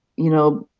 you know,